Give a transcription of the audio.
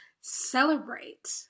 celebrate